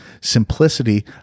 simplicity